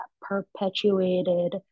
perpetuated